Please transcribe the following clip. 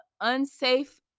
unsafe